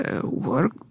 work